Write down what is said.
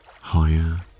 higher